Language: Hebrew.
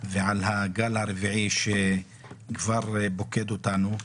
ועל הגל הרביעי שכבר פוקד אותנו.